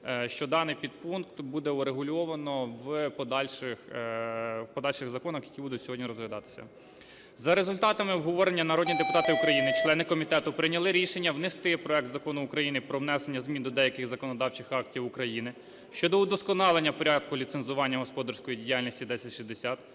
що даний підпункт буде врегульовано в подальших законах, які будуть сьогодні розглядатися. За результатами обговорення народні депутати України члени комітету прийняли рішення внести проект Закону України про внесення змін до деяких законодавчих актів України щодо вдосконалення порядку ліцензування господарської діяльності 1060